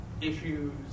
issues